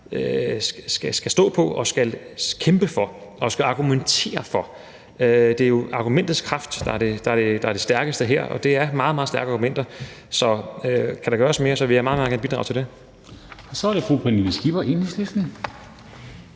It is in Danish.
skal stå på, skal kæmpe for og argumentere for. Det er jo argumentets kraft, der er det stærkeste, og det er meget, meget stærke argumenter. Så kan der gøres mere, vil jeg meget, meget gerne bidrage til det. Kl. 17:30 Formanden